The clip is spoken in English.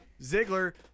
Ziggler